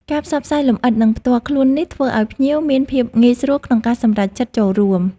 ការផ្សព្វផ្សាយលំអិត និងផ្ទាល់ខ្លួននេះធ្វើឲ្យភ្ញៀវមានភាពងាយស្រួលក្នុងការសម្រេចចិត្តចូលរួម